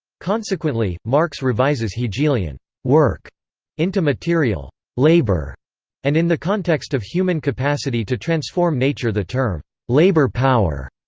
consequently, marx revises hegelian work into material labour and in the context of human capacity to transform nature the term labour power.